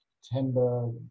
September